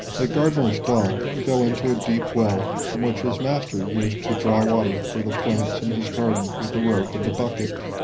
a gardner's dog fell into a deep well, from which his master used to draw water for the plants in his garden with a rope and a bucket.